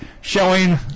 showing